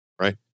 Right